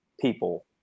people